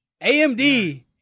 amd